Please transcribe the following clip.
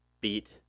beat